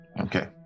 Okay